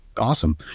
Awesome